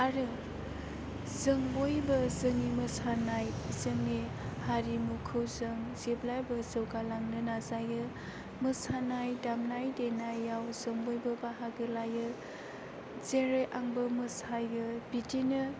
आरो जों बयबो जोंनि मोसानाय जोंनि हारिमुखौ जों जेब्लायबो जौगालांनो नाजायो मोसानाय दामनाय देनायाव जों बयबो बाहागो लायो जेरै आंबो मोसायो बिदिनो